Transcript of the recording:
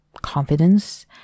confidence